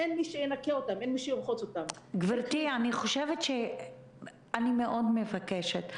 גברתי, אני מאוד מבקשת,